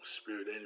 spirit